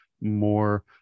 more